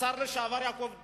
השר לשעבר יעקב אדרי,